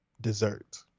dessert